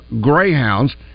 Greyhounds